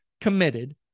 committed